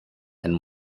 and